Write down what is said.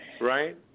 Right